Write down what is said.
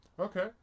okay